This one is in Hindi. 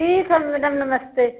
ठीक है मैडम नमस्ते